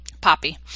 Poppy